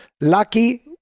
lucky